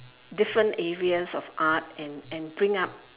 different areas of art and and bring up